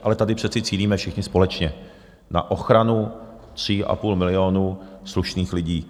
Ale tady přece cílíme všichni společně na ochranu 3,5 milionu slušných lidí.